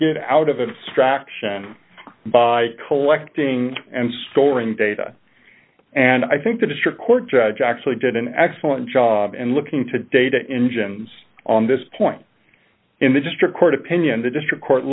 get out of its traction by collecting and storing data and i think the district court judge actually did an excellent job and looking to data engines on this point in the district court opinion the district court